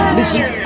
Listen